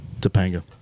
topanga